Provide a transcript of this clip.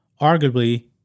arguably